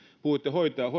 puhuitte